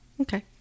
Okay